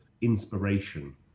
inspiration